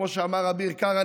כמו שאמר אביר קארה,